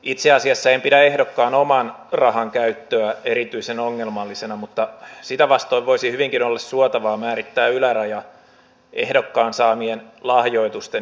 itse asiassa en pidä ehdokkaan oman rahan käyttöä erityisen ongelmallisena mutta sitä vastoin voisi hyvinkin olla suotavaa määrittää yläraja ehdokkaan saamien lahjoitusten yhteissummalle